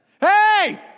Hey